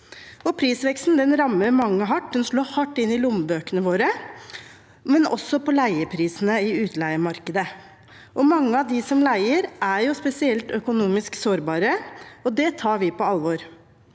Prisveksten rammer mange hardt. Den slår hardt inn i lommebøkene våre og i leieprisene i utleiemarkedet. Mange av dem som leier, er spesielt økonomisk sårbare, og det tar vi på alvor.